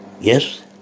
Yes